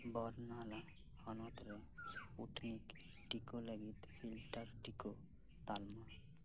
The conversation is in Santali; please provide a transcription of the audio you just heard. ᱵᱚᱨᱱᱟᱞᱟ ᱦᱚᱱᱚᱛ ᱨᱮ ᱥᱯᱩᱴᱱᱤᱠ ᱴᱤᱠᱟᱹ ᱞᱟᱹᱜᱤᱫ ᱯᱷᱤᱞᱴᱟᱨ ᱴᱤᱠᱟᱹ ᱛᱟᱞᱢᱟ